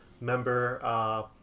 member